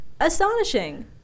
Astonishing